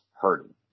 hurting